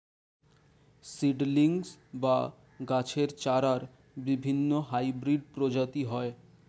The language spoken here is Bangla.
সিড্লিংস বা গাছের চারার বিভিন্ন হাইব্রিড প্রজাতি হয়